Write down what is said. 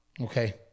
Okay